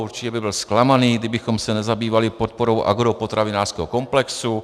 Určitě by byl zklamaný, kdybychom se nezabývali podporou agropotravinářského komplexu.